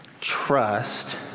trust